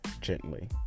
gently